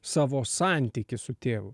savo santykį su tėvu